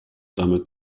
damit